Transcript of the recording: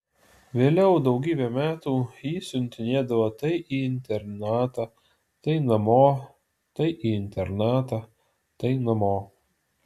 vėliau daugybę metų jį siuntinėdavo tai į internatą tai namo tai į internatą tai namo